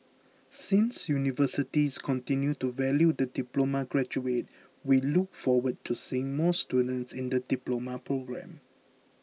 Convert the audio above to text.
since universities continue to value the diploma graduate we look forward to seeing more students in the Diploma programme